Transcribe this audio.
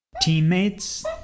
Teammates